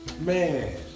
man